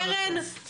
תכלס קרן,